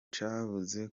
cavuze